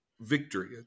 victory